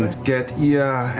ah get, yeah,